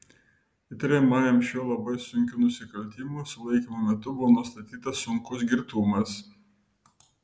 įtariamajam šiuo labai sunkiu nusikaltimu sulaikymo metu buvo nustatytas sunkus girtumas